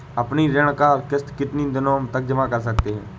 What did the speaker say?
अपनी ऋण का किश्त कितनी दिनों तक जमा कर सकते हैं?